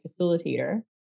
facilitator